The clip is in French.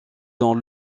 dans